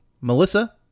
Melissa